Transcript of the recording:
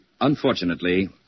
Unfortunately